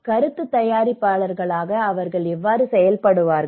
கருத்துத் தயாரிப்பாளர்களாக அவர்கள் எவ்வாறு செயல்படுவார்கள்